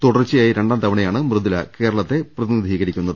തുടർച്ചയായി രണ്ടാം തവണയാണ് മൃദുല കേരളത്തെ പ്രതിനിധീകരിക്കുന്നത്